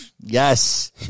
yes